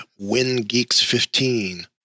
WINGEEKS15